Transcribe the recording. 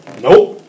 Nope